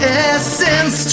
essence